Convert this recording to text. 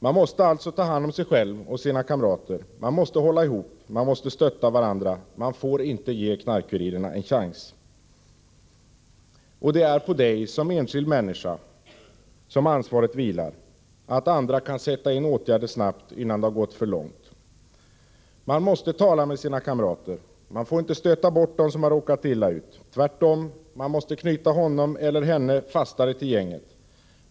Man måste alltså ta hand om sig själv och sina kamrater, man måste hålla ihop, och man måste stötta varandra — man får inte ge knarkkurirerna en chans. Det är på dig som enskild människa som ansvaret vilar för att andra skall kunna sätta in åtgärder snabbt, innan det har gått för långt. Man måste tala med sina kamrater. Man får inte stöta bort den som har råkat illa ut. Tvärtom, man måste knyta honom eller henne fastare till gänget.